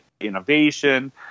innovation